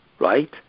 right